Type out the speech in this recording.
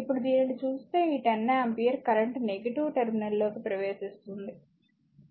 ఇప్పుడుదీనిని చూస్తేఈ 10 ampere current negative టెర్మినల్లోకి ప్రవేశిస్తుంది